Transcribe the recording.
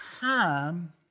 time